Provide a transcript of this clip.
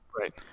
right